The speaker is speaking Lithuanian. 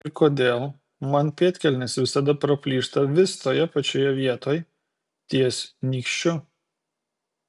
ir kodėl man pėdkelnės visada praplyšta vis toje pačioje vietoj ties nykščiu